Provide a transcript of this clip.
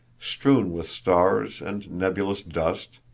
strewn with stars and nebulous dust,